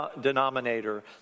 denominator